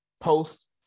Post